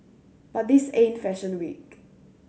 but this ain't fashion week